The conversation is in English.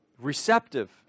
receptive